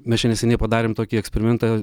mes čia neseniai padarėm tokį eksperimentą